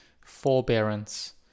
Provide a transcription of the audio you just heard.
forbearance